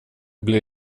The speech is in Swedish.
blir